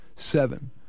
Seven